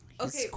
Okay